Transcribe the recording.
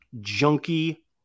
junkie